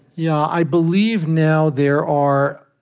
yeah i believe now there are,